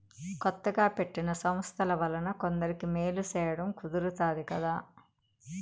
కొత్తగా పెట్టిన సంస్థల వలన కొందరికి మేలు సేయడం కుదురుతాది కదా